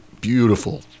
beautiful